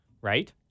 Right